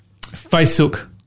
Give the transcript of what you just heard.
Facebook